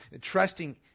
Trusting